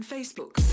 Facebook